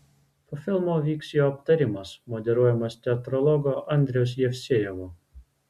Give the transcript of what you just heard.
po filmo vyks jo aptarimas moderuojamas teatrologo andriaus jevsejevo